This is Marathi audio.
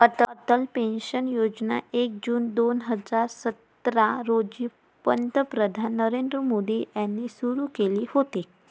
अटल पेन्शन योजना एक जून दोन हजार सतरा रोजी पंतप्रधान नरेंद्र मोदी यांनी सुरू केली होती